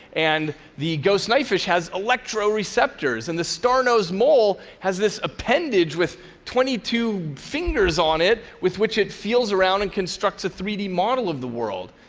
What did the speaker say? and the ghost knifefish has electroreceptors, and the star-nosed mole has this appendage with twenty two fingers on it with which it feels around and constructs a three d model of the world,